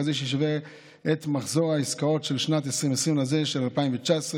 כזה שישווה את מחזור העסקאות של שנת 2020 לזה של 2019,